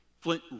Flint